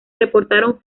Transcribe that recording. reportaron